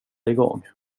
igång